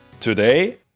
Today